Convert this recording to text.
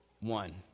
one